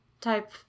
type